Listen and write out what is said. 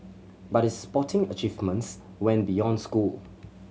but his sporting achievements went beyond school